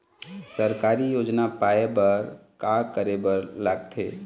सरकारी योजना पाए बर का करे बर लागथे?